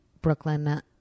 Brooklyn